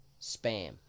Spam